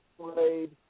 played